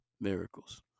miracles